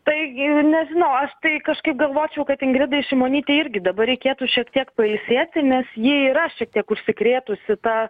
taigi nežinau aš tai kažkaip galvočiau kad ingridai šimonytei irgi dabar reikėtų šiek tiek pailsėti nes ji yra šiek tiek užsikrėtusi ta